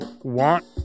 want